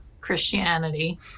Christianity